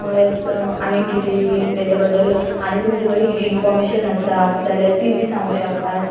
हेंच आनीक कितेंय बीन तेज्या बद्दल आनी तुमचे कडे किदें इनफोर्मेशन आसा जाल्यार ती बी सांगू शकतात